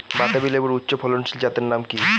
বাতাবি লেবুর উচ্চ ফলনশীল জাতের নাম কি?